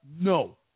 no